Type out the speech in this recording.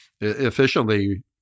efficiently